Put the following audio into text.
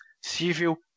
civil